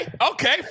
Okay